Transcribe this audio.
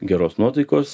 geros nuotaikos